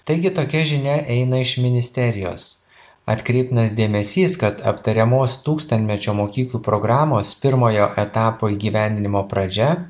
taigi tokia žinia eina iš ministerijos atkreiptinas dėmesys kad aptariamos tūkstantmečio mokyklų programos pirmojo etapo įgyvendinimo pradžia